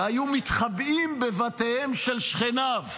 והיו מתחבאים בבתיהם של שכניו.